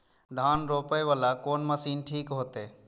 धान रोपे वाला कोन मशीन ठीक होते?